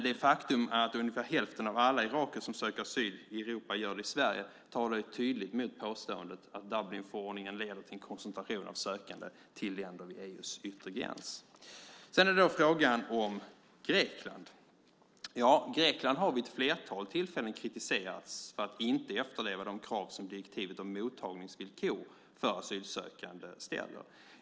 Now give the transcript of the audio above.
Det faktum att ungefär hälften av alla irakier som söker asyl i Europa gör det i Sverige talar tydligt mot påståendet att Dublinförordningen leder till en koncentration av sökande till länder vid EU:s yttre gräns. Sedan har vi frågan om Grekland. Grekland har vid ett flertal tillfällen kritiserats för att inte efterleva de krav som direktivet om mottagningsvillkor för asylsökande ställer.